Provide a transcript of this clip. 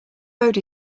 road